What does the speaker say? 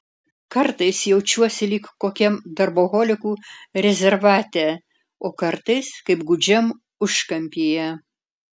kartais jaučiuosi lyg kokiam darboholikų rezervate o kartais kaip gūdžiam užkampyje